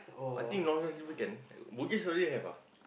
I think Long-John-Silver can bugis already have ah